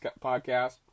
podcast